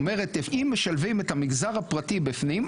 זאת אומרת אם משלבים את המגזר הפרטי בפנים,